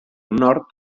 nord